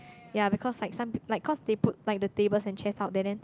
ya because like some peo~ like cause they put the tables and chairs out there then